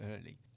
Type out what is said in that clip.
early